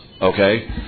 Okay